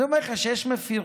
אני אומר לך שיש מפירים,